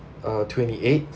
uh twenty eight